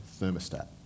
thermostat